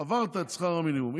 את שכר המינימום.